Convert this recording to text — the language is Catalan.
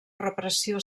repressió